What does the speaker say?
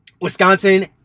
Wisconsin